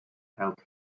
health